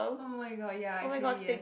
[oh]-my-god ya actually yes